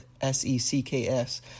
S-E-C-K-S